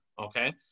okay